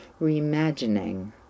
reimagining